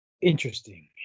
Interesting